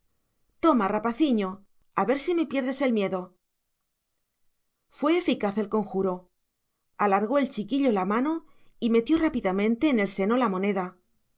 toma rapaciño a ver si me pierdes el miedo fue eficaz el conjuro alargó el chiquillo la mano y metió rápidamente en el seno la moneda